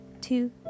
two